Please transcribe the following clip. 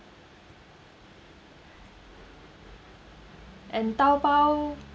and Taobao